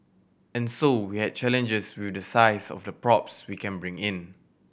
and so we had challenges with the size of the props we can bring in